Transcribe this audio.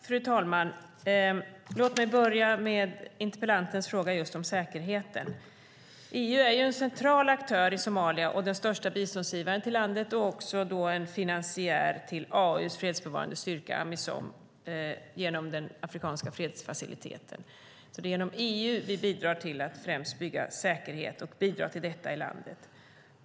Fru talman! Låt mig börja med interpellantens fråga om säkerheten. EU är en central aktör i Somalia, den största biståndsgivaren till landet och även en finansiär till AU:s fredsbevarande styrka Amisom genom den afrikanska fredsfaciliteten. Det är alltså genom EU vi bidrar till att främst bygga säkerhet och bidra till detta i landet.